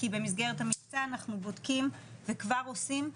כי במסגרת המבצע אנחנו בודקים וכבר עושים,